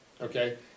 Okay